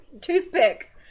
toothpick